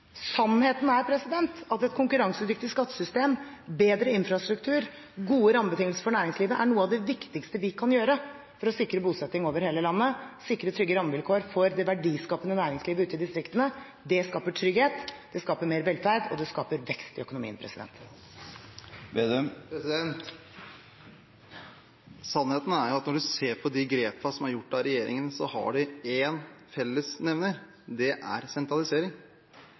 Sannheten er at et konkurransedyktig skattesystem, bedre infrastruktur og gode rammebetingelser for næringslivet er noe av det viktigste vi kan gjøre for å sikre bosetting over hele landet, sikre trygge rammevilkår for det verdiskapende næringslivet ute i distriktene. Det skaper trygghet, det skaper mer velferd, og det skaper vekst i økonomien. Sannheten er jo at når en ser på de grepene som er gjort av regjeringen, så har de én fellesnevner, og det er sentralisering.